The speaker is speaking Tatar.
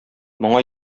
моңа